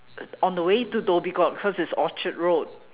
on the way to Dhoby Ghaut because it's Orchard Road